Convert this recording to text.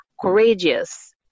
courageous